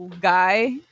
guy